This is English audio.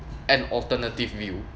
an alternative view